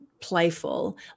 playful